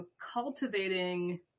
cultivating